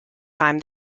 time